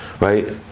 Right